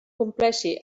compleixi